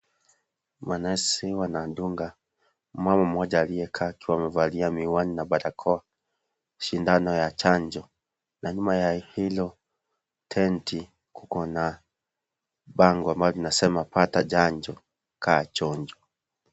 Manesi wanamdunga mama mmoja aliyekaa akiwa amevalia miwani barakoa shindano ya chanjo na nyuma ya hilo tenti kuko na bango ambalo linasema pata chanjo kaa chonjo.